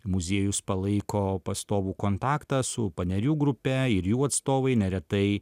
muziejus palaiko pastovų kontaktą su panerių grupe ir jų atstovai neretai